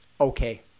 okay